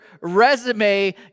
resume